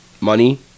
money